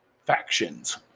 factions